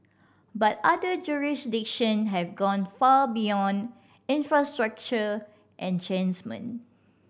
but other jurisdiction have gone far beyond infrastructure